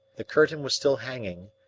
the curtain was still hanging,